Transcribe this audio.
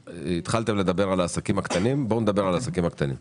התחלתם לדבר על העסקים הקטנים ולכן בואו נדבר על העסקים הקטנים.